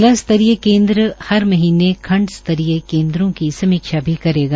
जिला स्तरीय केन्द्र हर महीने खण्ड स्तरीय केन्द्रों की समीक्षा भी करेगा